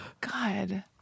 God